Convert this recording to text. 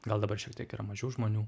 gal dabar šiek tiek yra mažiau žmonių